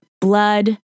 blood